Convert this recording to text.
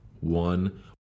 one